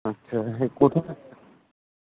कुत्थें